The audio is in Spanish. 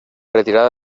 retirada